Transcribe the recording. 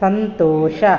ಸಂತೋಷ